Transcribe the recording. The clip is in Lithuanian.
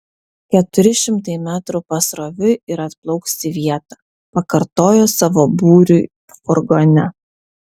keturi šimtai metrų pasroviui ir atplauks į vietą pakartojo savo būriui furgone